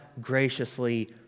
graciously